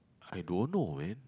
I don't know man